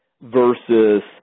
versus